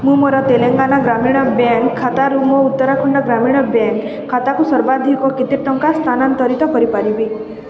ମୁଁ ମୋର ତେଲେଙ୍ଗାନା ଗ୍ରାମୀଣ ବ୍ୟାଙ୍କ୍ ଖାତାରୁ ମୋ ଉତ୍ତରାଖଣ୍ଡ ଗ୍ରାମୀଣ ବ୍ୟାଙ୍କ୍ ଖାତାକୁ ସର୍ବାଧିକ କେତେ ଟଙ୍କା ସ୍ଥାନାନ୍ତରିତ କରିପାରିବି